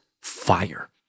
fire